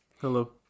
Hello